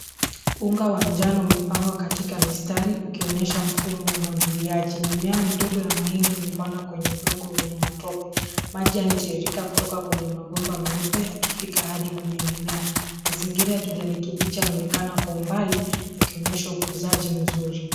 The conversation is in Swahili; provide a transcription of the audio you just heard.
Uga wa njano umepangwa katika mistari ukionyesha mfumo wa umwagiliaji. Mimea midogo ya mahindi imepandwa kwenye udongo wenye matope. Maji yanatiririka kutoka kwenye mabomba meupe yakifika hadi kwenye mimea. Mazingira ya kijani kibichi yanaonekana kwa umbali, yakionyesha ukuzaji mzuri.